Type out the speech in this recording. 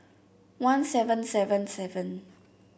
one seven seven seven